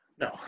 No